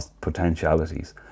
potentialities